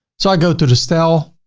so i go to the style,